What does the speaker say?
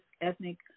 ethnic